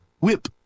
Whip